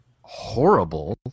horrible